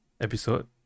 episode